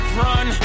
run